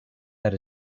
that